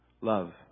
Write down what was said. love